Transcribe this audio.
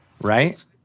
Right